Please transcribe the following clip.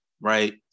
right